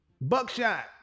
Buckshot